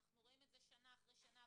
אנחנו רואים את זה שנה אחרי שנה,